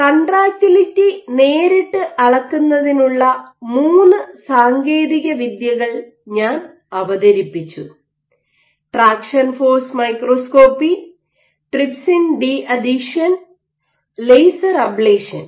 contractility നേരിട്ട് അളക്കുന്നതിനുള്ള മൂന്ന് സാങ്കേതിക വിദ്യകൾ ഞാൻ അവതരിപ്പിച്ചു traction force microscopy trypsin deadhesion laser ablation